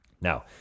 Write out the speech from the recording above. Now